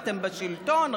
אתם בשלטון.